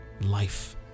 Life